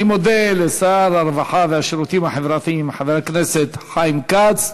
אני מודה לשר הרווחה והשירותים החברתיים חבר הכנסת חיים כץ.